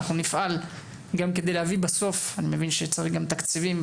הוועדה תפעל לסייע, אני מבין שצריך גם תקציבים.